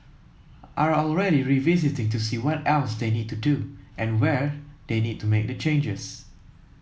are already revisiting to see what else they need to do and where they need to make the changes